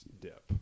dip